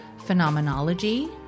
phenomenology